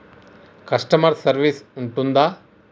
Customer service ఉంటుందా?